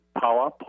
power